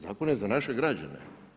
Zakon je za naše građane.